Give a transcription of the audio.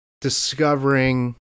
discovering